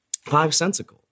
Five-sensical